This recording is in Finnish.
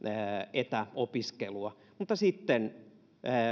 etäopiskelua mutta sitten